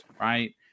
right